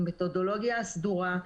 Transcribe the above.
עם מתודולוגיה סדורה,